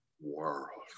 world